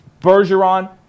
Bergeron